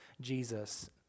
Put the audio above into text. Jesus